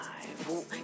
five